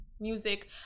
music